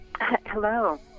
hello